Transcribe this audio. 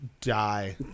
die